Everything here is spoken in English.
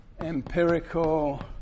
empirical